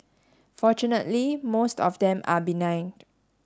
fortunately most of them are benign